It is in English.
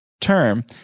term